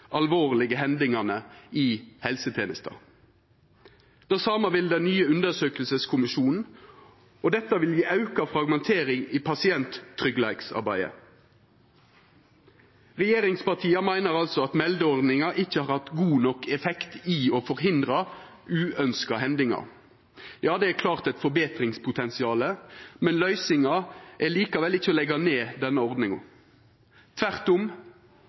alvorlege hendingane i helsetenesta. Det same vil den nye undersøkingskommisjonen, og dette vil gje auka fragmentering i pasienttryggleiksarbeidet. Regjeringspartia meiner altså at meldeordninga ikkje har hatt god nok effekt i å forhindra uønskte hendingar. Ja, det er klart eit forbetringspotensial, men løysinga er likevel ikkje å leggja ned denne ordninga. Tvert om